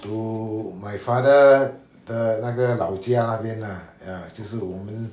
to my father 的那个老家那边 ah 就是我们